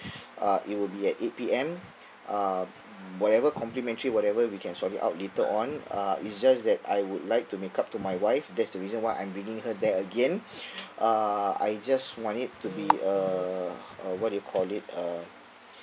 uh it will be at eight P_M uh whatever complimentary whatever we can sort it out later on uh it's just that I would like to make up to my wife that's the reason why I'm bringing her there again uh I just want it to be a a what do you call it a